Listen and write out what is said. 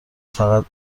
فقط